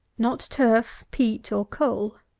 not turf, peat, or coal.